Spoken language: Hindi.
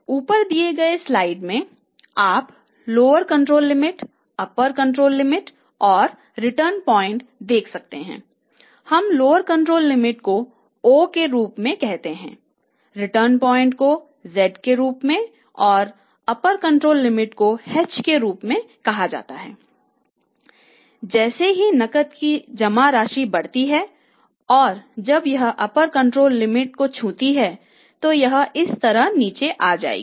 ऊपर दिए गए स्लाइड में आप लोअर कंट्रोल लिमिट को छूती है तो यह इस तरह नीचे आ जाएगी